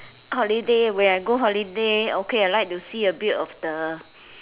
holiday when I go holiday okay I like to see a bit of the